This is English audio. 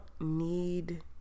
need